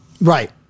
Right